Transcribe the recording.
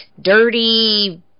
dirty